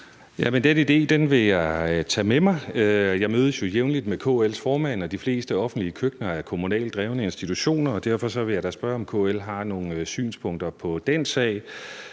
Den idé vil jeg tage med mig. Jeg mødes jo jævnligt med KL's formand, og de fleste offentlige køkkener er kommunalt drevne institutioner, og derfor vil jeg da spørge, om KL har nogle synspunkter på den sag.